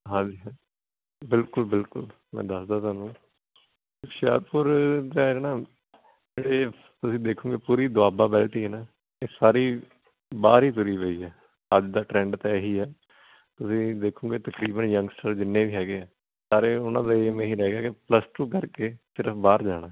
ਹਾਂਜੀ ਹਾਂਜੀ ਬਿਲਕੁਲ ਬਿਲਕੁਲ ਮੈਂ ਦੱਸਦਾ ਤੁਹਾਨੂੰ ਹੁਸ਼ਿਆਰਪੁਰ ਸੈਡ ਨਾ ਤੁਸੀਂ ਦੇਖੂੰਗੇ ਪੂਰੀ ਦੁਆਬਾ ਬੈਲਟ ਈ ਐ ਨਾ ਇਹ ਸਾਰੀ ਬਾਹਰ ਫਰੀ ਪਈ ਹੋਈ ਐ ਅੱਜ ਦਾ ਟਰੈਂਡ ਤਾਂ ਏਹੀ ਐ ਤੁਸੀਂ ਦੇਖੂੰਗੇ ਤਕਰੀਬਨ ਯੰਗਸਟਰ ਜਿੰਨੇ ਵੀ ਹੈਗੇ ਐ ਸਾਰੇ ਉਨ੍ਹਾਂ ਦਾ ਏਮ ਇਹ ਰਹਿ ਗਿਆ ਕਿ ਪਲੱਸ ਟੂ ਕਰਕੇ ਸਿਰਫ਼ ਬਾਹਰ ਜਾਣਾ ਐ